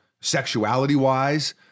sexuality-wise